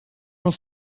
was